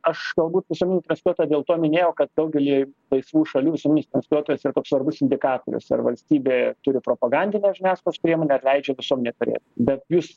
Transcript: aš galbūt visuomeninį transliuotoją dėl to minėjau kad daugelyje laisvų šalių visuomenės transliuotojas yra toks svarbus indikatorius ar valstybė turi propagandinę žiniasklaidos priemonę ar leidžia visuomenėj turėt bet jūs